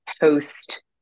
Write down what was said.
post